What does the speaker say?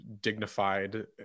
dignified